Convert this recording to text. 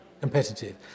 competitive